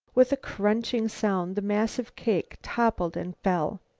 with a crunching sound the massive cake toppled and fell.